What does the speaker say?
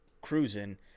cruising